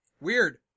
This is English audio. Weird